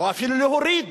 או אפילו להוריד.